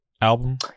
album